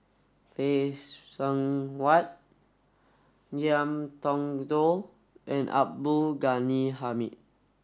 Phay Seng Whatt Ngiam Tong Dow and Abdul Ghani Hamid